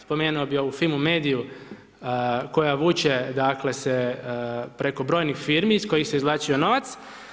Spomenuo bih ovu FIMI-mediju koja vuče se preko brojnih firmi iz kojih se izvlačio novac.